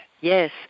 Yes